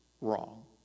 wrong